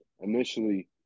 initially